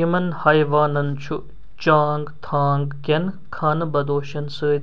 یِمن حایوانن چھُ چانگ تھانگ كین خانہ بدوشن سۭتۍ